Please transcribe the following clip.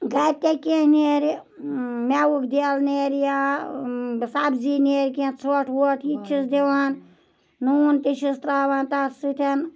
گَرِ تے کینٛہہ نیرِ میٚوُک دیٚل نیرِ یا سبزی نیرِ کینٛہہ ژھوٚٹھ ووٚٹھ یہِ چھِس دِوان نوٗن تہِ چھِس تراوان تتھ سۭتۍ